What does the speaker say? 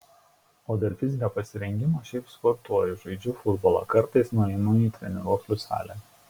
o dėl fizinio pasirengimo šiaip sportuoju žaidžiu futbolą kartais nueinu į treniruoklių salę